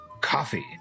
coffee